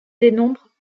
dénombre